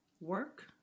work